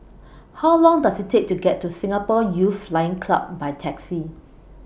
How Long Does IT Take to get to Singapore Youth Flying Club By Taxi